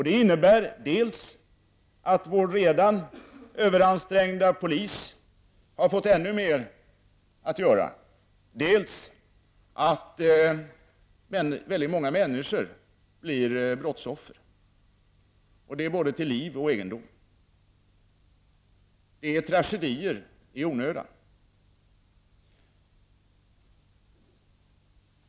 Det innebär dels att vår redan överansträngda polis får ännu mer att göra, dels att väldigt många människor blir brottsoffer och skadas både till liv och egendom. Detta är tragedier som sker i onödan.